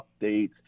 updates